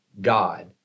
God